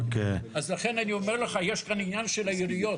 אז לכן אני אומר לך, יש כאן עניין של העיריות.